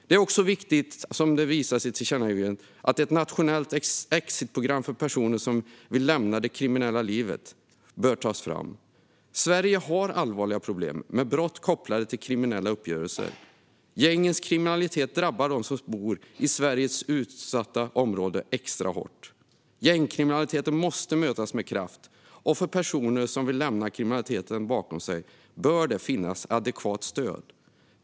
Ett annat tillkännagivande handlar om vikten av att ta fram ett nationellt exitprogram för personer som vill lämna det kriminella livet. Sverige har allvarliga problem med brott kopplade till kriminella uppgörelser. Gängkriminaliteten drabbar dem som bor i Sveriges utsatta områden extra hårt, och den måste därför mötas med kraft. För personer som vill lämna kriminaliteten bakom sig bör det finnas adekvat stöd.